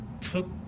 took